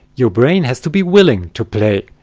your brain has to be willing to play.